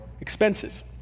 expenses